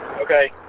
Okay